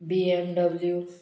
BMW